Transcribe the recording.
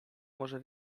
może